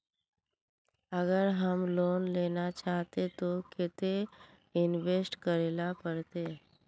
अगर हम लोन लेना चाहते तो केते इंवेस्ट करेला पड़ते?